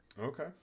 Okay